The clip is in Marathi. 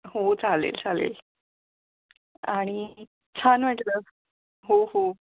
हो चालेल चालेल आणि छान वाटलं हो हो